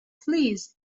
please